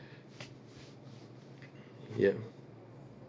yup